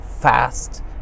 fast